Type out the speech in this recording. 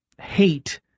Hate